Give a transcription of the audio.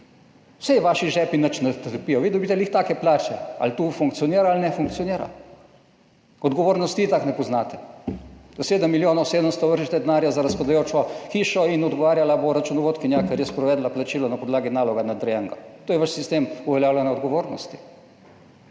Saj vaši žepi nič ne trpijo, vi dobite glih take plače, ali to funkcionira ali ne funkcionira. Odgovornosti itak ne poznate. Do 7 milijonov 700 vržete denarja za razpadajočo hišo in odgovarjala bo računovodkinja, ker je sprovedla plačilo na podlagi naloga nadrejenega. To je vaš sistem uveljavljanja odgovornosti.